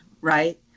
right